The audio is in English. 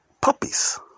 puppies